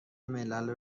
ملل